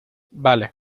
vale